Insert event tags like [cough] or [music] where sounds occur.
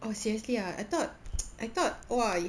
oh seriously ah I thought [noise] I thought !whoa!